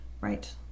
right